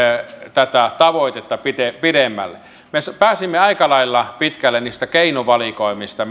tätä tavoitetta pidemmälle me pääsimme aika lailla pitkälle niissä keinovalikoimissa